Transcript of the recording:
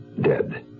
dead